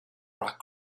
rock